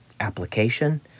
Application